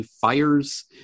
fires